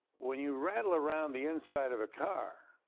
when you rattle around the inside of a car,